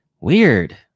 weird